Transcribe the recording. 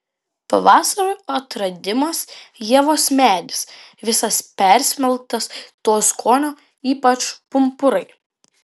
pavasario atradimas ievos medis visas persmelktas to skonio ypač pumpurai